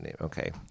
okay